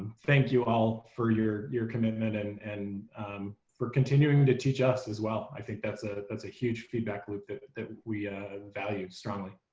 thank you all for your your commitment and and for continuing to teach us as well i think that's a that's a huge feedback loop that that we value strongly.